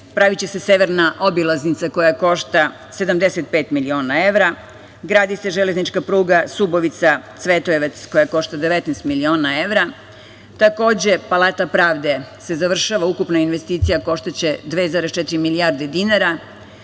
praviće se severna obilaznica koja košta 75 miliona evra, gradi se železnička pruga Subotica – Cvetojevac koja košta 19 miliona evra. Takođe, Palata pravde se završava, ukupna investicija koštaće 2,4 milijarde dinara.